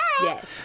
Yes